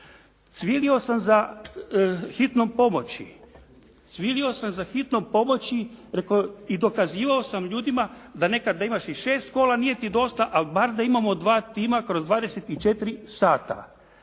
Cvilio sam za hitnom pomoći i dokazivao sam ljudima da nekad da imaš i šest kola nije ti dosta, ali bar da imamo dva tima kroz 24 sata.